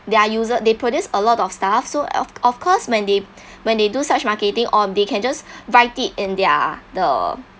their user they produce a lot of stuff so of of course when they when they do such marketing or they can just write it in their the